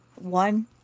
one